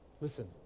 Listen